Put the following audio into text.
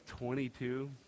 22